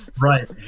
right